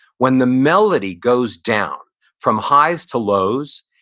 when the melody goes down from highs to lows,